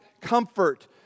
comfort